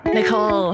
Nicole